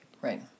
Right